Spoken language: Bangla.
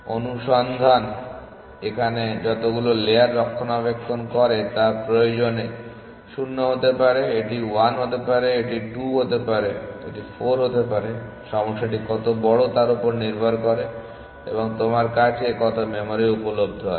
অনুসন্ধান এখানে যতগুলো লেয়ার রক্ষণাবেক্ষণ করে তা প্রয়োজনে 0 হতে পারে এটি 1 হতে পারে এটি 2 হতে পারে এটি 4 হতে পারে সমস্যাটি কত বড় তার উপর নির্ভর করে এবং তোমার কাছে কত মেমরি উপলব্ধ আছে